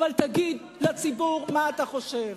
אבל תגיד לציבור מה אתה חושב,